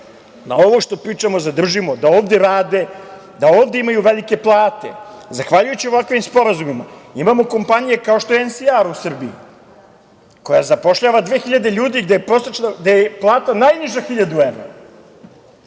da ovo što pričamo zadržimo, da ovde rade, da ovde imaju velike plate. Zahvaljujući ovakvim sporazumima, imamo kompanije, kao što je NCR u Srbiji koja zapošljava dve hiljade ljudi, a gde je najniža plata